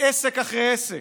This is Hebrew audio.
עסק אחרי עסק.